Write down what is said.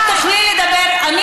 תגידי מתי.